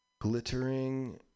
Glittering